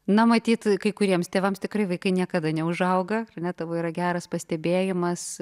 na matyt kai kuriems tėvams tikrai vaikai niekada neužauga ar ne tavo yra geras pastebėjimas